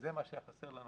זה מה שהיה חסר לנו